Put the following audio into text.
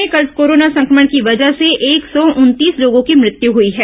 प्रदेश में कल कोरोना संक्रमण की वजह से एक सौ उनतीस लोगों की मृत्य हई है